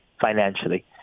financially